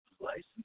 license